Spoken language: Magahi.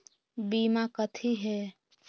बीमा कथी है?